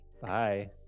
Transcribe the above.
Bye